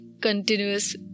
continuous